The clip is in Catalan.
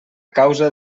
causa